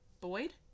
Boyd